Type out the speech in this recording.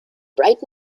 bright